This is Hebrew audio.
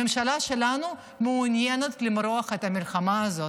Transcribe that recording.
הממשלה שלנו מעוניינת למרוח את המלחמה הזאת.